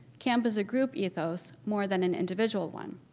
camp is a group ethos more than an individual one.